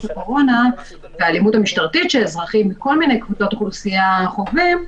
הקורונה והאלימות המשטרתית שאזרחים מכל מיני קבוצות אוכלוסייה חווים,